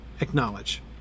acknowledge